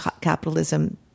capitalism